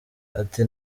ati